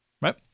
right